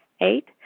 Eight